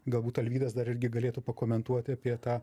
galbūt alvydas dar irgi galėtų pakomentuoti apie tą